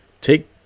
take